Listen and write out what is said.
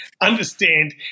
understand